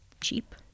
cheap